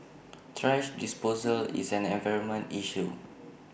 thrash disposal is an environmental issue